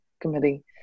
committee